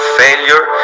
failure